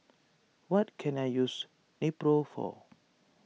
what can I use Nepro for